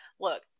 Look